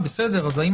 השאלה.